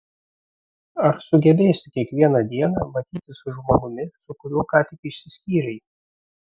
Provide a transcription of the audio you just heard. ar sugebėsi kiekvieną dieną matytis su žmogumi su kuriuo ką tik išsiskyrei